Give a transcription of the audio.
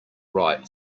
right